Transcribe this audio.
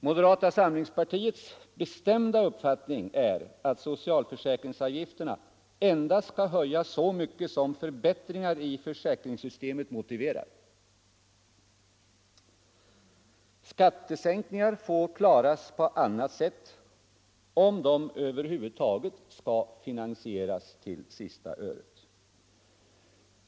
Moderata samlingspartiets bestämda uppfattning är att socialförsäkringsavgifterna endast skall höjas så mycket som förbättringar i försäkringssystemet motiverar. Skattesänkningar får klaras på annat sätt, om de över huvud taget skall finansieras till sista öret.